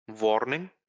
Warning